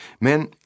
Men